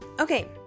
okay